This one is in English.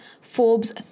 Forbes